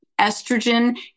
estrogen